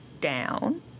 down